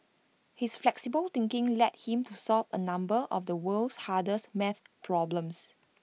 his flexible thinking led him to solve A number of the world's hardest math problems